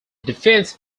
defense